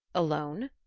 alone?